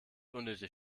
unnötig